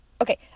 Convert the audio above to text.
okay